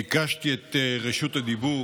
ביקשתי את רשות הדיבור